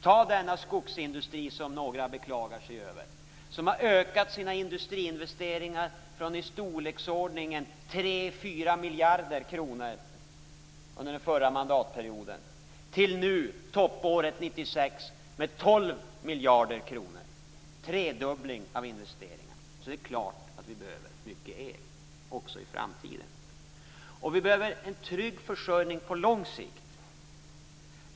Ta denna skogsindustri som några beklagar sig över. Industriinvesteringarna har ökat från i storleksordningen 3-4 miljarder kronor under förra mandatperioden till 12 miljarder kronor toppåret 1996. Det är en tredubbling av investeringarna. Det är klart att vi behöver mycket el också i framtiden. Vi behöver en trygg försörjning på lång sikt.